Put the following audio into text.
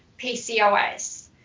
PCOS